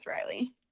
Riley